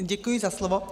Děkuji za slovo.